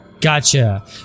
Gotcha